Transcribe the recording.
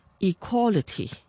equality